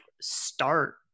start